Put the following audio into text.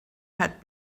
had